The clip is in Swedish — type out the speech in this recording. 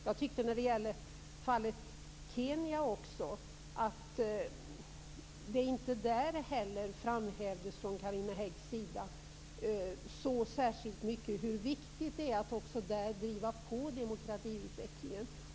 Jag tyckte inte att Carina Hägg i fråga om Kenya framhävde så särskilt mycket hur viktigt det är att också där driva på demokratiutvecklingen.